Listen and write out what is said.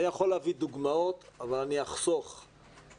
אני יכול להביא דוגמאות אבל אני אחסוך זאת.